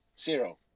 zero